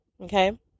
Okay